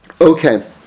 Okay